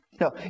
No